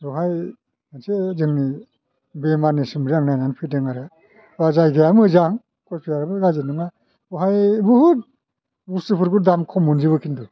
बेवहाय मोनसे जोंनि बेमारनि सोमोन्दै आं नायनानै फैदों आरो जायगाया मोजां कचबिहाराबो गाज्रि नङा बावहाय बहुद बुस्तुफोरबो दाम खम मोनजोबो खिन्तु